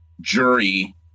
jury